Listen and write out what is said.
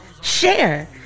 share